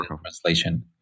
translation